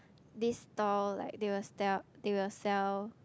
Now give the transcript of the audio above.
this stall like they will tell they will sell